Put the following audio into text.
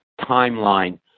timeline